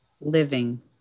living